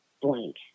blank